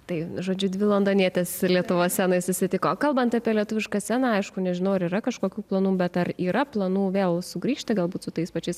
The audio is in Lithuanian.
tai žodžiu dvi londonietės lietuvos scenoj susitiko kalbant apie lietuvišką sceną aišku nežinau ar yra kažkokių planų bet ar yra planų vėl sugrįžti galbūt su tais pačiais